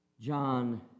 John